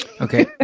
okay